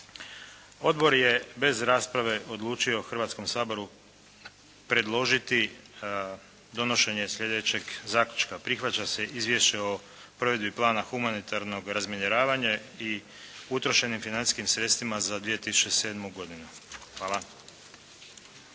Odbor je bez rasprave odlučio Hrvatskom saboru predložiti donošenje sljedećeg zaključka: Prihvaća se Izvješće o provedbi plana humanitarnog razminiravanja i utrošenim financijskim sredstvima za 2007. godinu. Hvala.